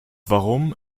warum